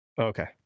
Okay